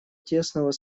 тесного